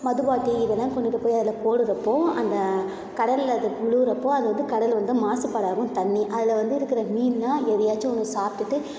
மதுபாட்டில் இதெல்லாம் கொண்டுகிட்டுப் போய் அதில் போடுகிறப்போ அந்த கடல்ல அது முழுவுறப்போ அது வந்து கடல் வந்து மாசுப்பாடு ஆகும் தண்ணி அதில் வந்து இருக்கிற மீன்லாம் எதையாச்சும் ஒன்று சாப்பிட்டுட்டு